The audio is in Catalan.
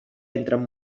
entren